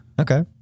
Okay